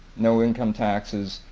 no income taxes,